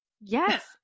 Yes